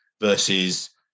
versus